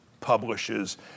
publishes